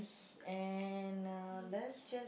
and uh let's just